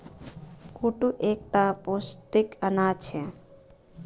कुट्टू एक टा पौष्टिक अनाज छे